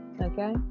Okay